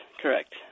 Correct